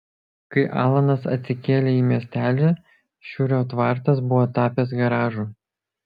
kai alanas atsikėlė į miestelį šiurio tvartas buvo tapęs garažu